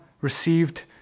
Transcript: received